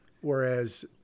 whereas